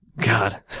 God